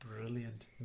brilliant